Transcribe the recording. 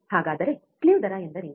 ಹಾಗಾದರೆ ಸ್ಲಿವ್ ದರ ಎಂದರೇನು